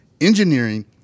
Engineering